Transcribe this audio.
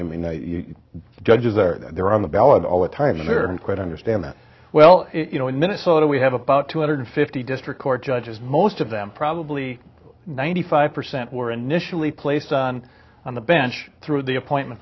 i mean judges are there on the ballot all the time and are quite understand that well you know in minnesota we have about two hundred fifty district court judges most of them probably ninety five percent were initially placed on on the bench through the appointment